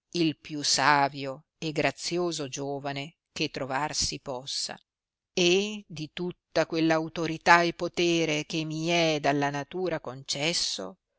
il più savio e grazioso giovane che trovar si possa e di tutta quella autorità e potere che mi è dalla natura concesso